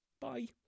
bye